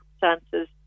circumstances